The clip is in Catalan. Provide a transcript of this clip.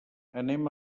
anem